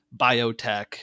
biotech